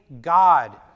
God